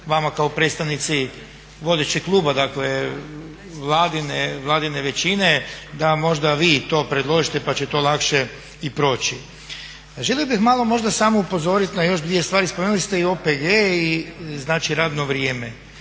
vama kao predstavnici vodećeg kluba, dakle vladine većine, da možda vi to predložite pa će to lakše i proći. A želio bih malo možda samo upozoriti na još dvije stvari. Spomenuli ste i OPG-e i znači radno vrijeme